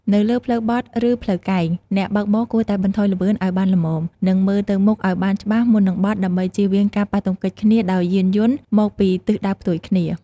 នៅលើផ្លូវបត់ឬផ្លូវកែង អ្នកបើកបរគួរតែបន្ថយល្បឿនឱ្យបានល្មមនិងមើលទៅមុខឱ្យបានច្បាស់មុននឹងបត់ដើម្បីជៀសវាងការប៉ះទង្គិចគ្នាដោយយានយន្តមកពីទិសដៅផ្ទុយគ្នា។